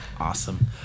Awesome